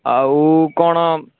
ଆଉ କ'ଣ